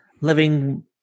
living